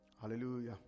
Hallelujah